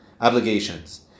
obligations